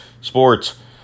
sports